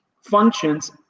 functions